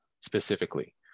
specifically